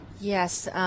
Yes